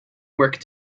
work